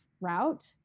route